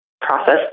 process